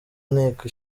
nteko